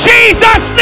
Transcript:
Jesus